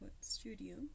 studio